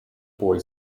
boy